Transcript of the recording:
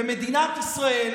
במדינת ישראל